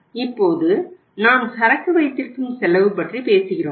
இப்போது நாம் சரக்கு வைத்திருக்கும் செலவு பற்றி பேசுகிறோம்